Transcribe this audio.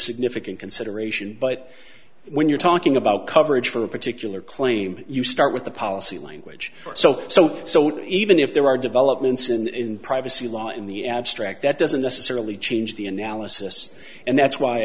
significant consideration but when you're talking about coverage for a particular claim you start with the policy language so so so do even if there are developments in the in privacy law in the abstract that doesn't necessarily change the analysis and that's why